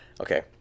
okay